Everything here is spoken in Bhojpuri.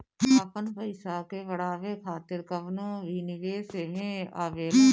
आपन पईसा के बढ़ावे खातिर कवनो भी निवेश एमे आवेला